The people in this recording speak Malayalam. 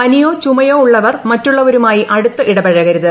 പനിയോ ചുമയോ ഉള്ളവർ മറ്റുള്ളവരുമായി അടുത്ത് ഇടപഴകരുത്